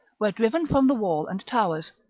were driven from the wall and towers,